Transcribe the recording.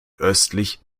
östlich